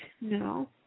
no